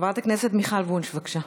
חברת הכנסת מיכל וונש, בבקשה.